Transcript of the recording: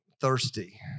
thirsty